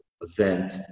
event